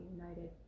united